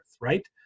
right